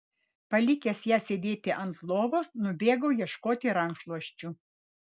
palikęs ją sėdėti ant lovos nubėgau ieškoti rankšluosčių